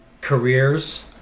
careers